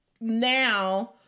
now